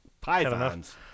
pythons